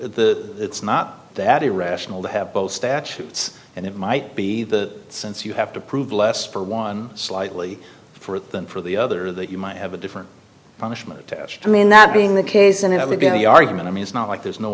the it's not that irrational to have both statutes and it might be that since you have to prove less for one slightly for it than for the other that you might have a different punishment attached to when that being the case and you have again the argument i mean it's not like there's no